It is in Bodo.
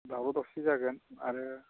दावराव दावसि जागोन आरो